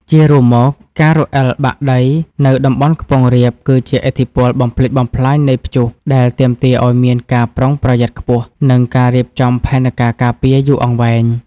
ជារួមមក ការរអិលបាក់ដីនៅតំបន់ខ្ពង់រាបគឺជាឥទ្ធិពលបំផ្លិចបំផ្លាញនៃព្យុះដែលទាមទារឱ្យមានការប្រុងប្រយ័ត្នខ្ពស់ និងការរៀបចំផែនការការពារយូរអង្វែង។